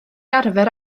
arfer